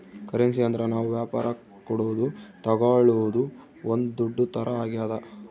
currency ಅಂದ್ರ ನಾವ್ ವ್ಯಾಪರಕ್ ಕೊಡೋದು ತಾಗೊಳೋದು ಒಂದ್ ದುಡ್ಡು ತರ ಆಗ್ಯಾದ